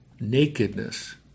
nakedness